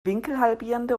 winkelhalbierende